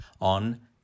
on